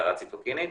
סערה ציטוקינית,